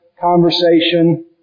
conversation